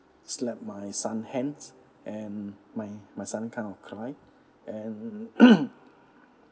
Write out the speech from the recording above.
slap my son hands and my my son kind of cry and